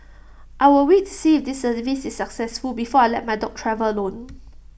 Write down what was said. I will wait to see IT this service is successful before I let my dog travel alone